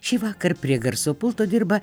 šįvakar prie garso pulto dirba